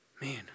Man